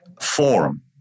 forum